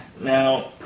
Now